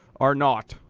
are not.